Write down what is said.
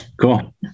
Cool